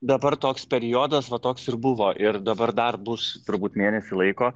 dabar toks periodas va toks ir buvo ir dabar dar bus turbūt mėnesį laiko